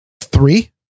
Three